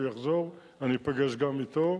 הוא יחזור, אני אפגש גם אתו.